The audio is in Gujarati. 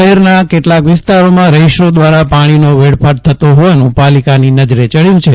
શહેરના કેટલાક વિસ્તારોમાં રહીશો દ્વારા પાણીનો વેડફાટ થતો હોવાનું પાલિકાની નજરે ચડ્યું છે